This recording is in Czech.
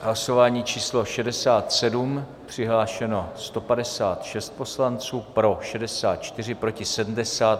Hlasování číslo 67, přihlášeno 156 poslanců, pro 64, proti 70.